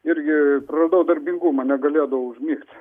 irgi praradau darbingumą negalėdavau užmigti